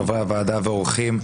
חברי הוועדה והאורחים.